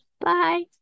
Bye